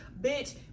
bitch